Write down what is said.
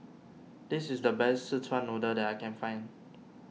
this is the best Szechuan Noodle that I can find